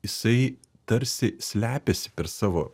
isai tarsi slepiasi per savo